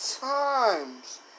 times